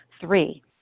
Three